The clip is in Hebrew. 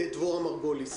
דבורה מרגוליס.